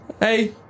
Hey